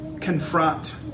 confront